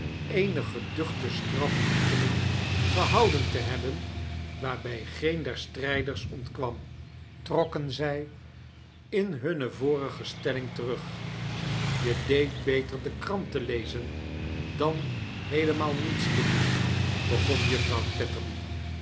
eene geduchte strafoefening gehouden te hebben waarbij geen der strijders ontkwam trokken zij in hunne vorige stellingen terug je deed beter de krant te lezen dan heelemaal niets te doen begon juffrouw